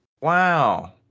Wow